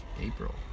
april